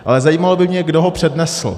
Ale zajímalo by mě, kdo ho přednesl.